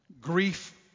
grief